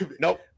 Nope